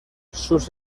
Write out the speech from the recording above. sus